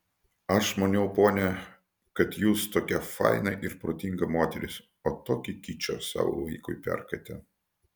aš maniau ponia kad jūs tokia faina ir protinga moteris o tokį kičą savo vaikui perkate